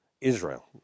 Israel